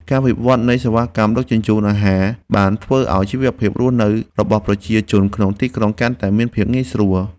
ការវិវត្តនៃសេវាកម្មដឹកជញ្ជូនអាហារបានធ្វើឱ្យជីវភាពរស់នៅរបស់ប្រជាជនក្នុងទីក្រុងកាន់តែមានភាពងាយស្រួល។